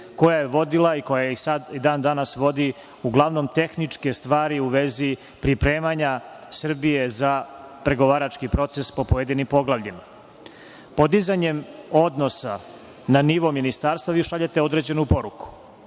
koja je vodila koja i dan danas vodi uglavnom tehničke stvari u vezi pripremanja Srbije za pregovarački proces po pojedinim poglavljima. Podizanjem odnosa na nivo ministarstva vi šaljete određenu poruku.